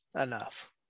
enough